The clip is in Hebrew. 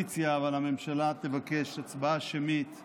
בבקשה, שר המשפטים גדעון סער יסכם את